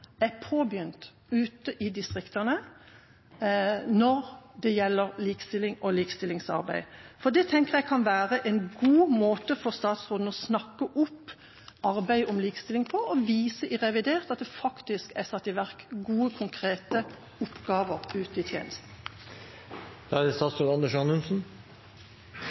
påbegynt ute i distriktene når det gjelder likestilling og likestillingsarbeid. Det tenker jeg kan være en god måte for statsråden å snakke opp arbeid om likestilling på, og vise i revidert at det faktisk er satt i verk gode konkrete oppgaver ute i tjenesten. Jeg vil først takke for en veldig god debatt, og det